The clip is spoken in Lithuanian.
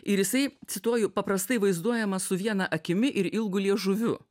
ir jisai cituoju paprastai vaizduojamas su viena akimi ir ilgu liežuviu